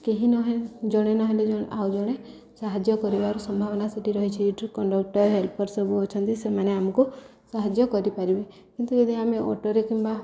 କେହି ନହେଲେ ଜଣେ ନ ହେଲେ ଆଉ ଜଣେ ସାହାଯ୍ୟ କରିବାର ସମ୍ଭାବନା ସେଇଠି ରହିଛି କଣ୍ଡକ୍ଟର୍ ହେଲ୍ପର୍ ସବୁ ଅଛନ୍ତି ସେମାନେ ଆମକୁ ସାହାଯ୍ୟ କରିପାରିବେ କିନ୍ତୁ ଯଦି ଆମେ ଅଟୋରେ କିମ୍ବା